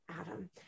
Adam